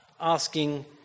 asking